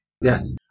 Yes